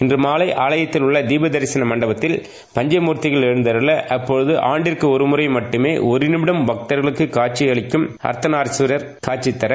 இன்று மாலை ஆலயுத்தில் உள்ள தீப தரிசன மண்டபத்தில் பஞ்ச மூத்திகள் எழுத்தருள ஆப்போது ஆண்டிற்கு ஒருமுறை மட்டுமே ஒரு நிமிடம் பக்தர்களுக்கு காட்சியளிக்கும் அர்த்த நார்ஸ்வார் காட்சி தர்